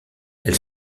elle